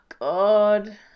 God